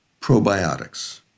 probiotics